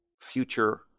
future